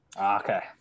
Okay